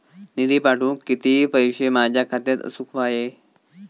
निधी पाठवुक किती पैशे माझ्या खात्यात असुक व्हाये?